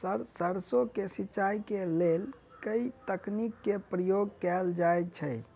Sir सैरसो केँ सिचाई केँ लेल केँ तकनीक केँ प्रयोग कैल जाएँ छैय?